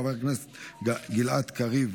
חבר הכנסת גלעד קריב,